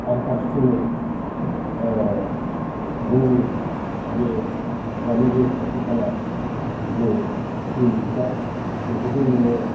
आरो फारसेथिङै जोंनि जे दानि जे खाथिखाला जे क्लिनिक नि खोथा बेखौथ' नोङो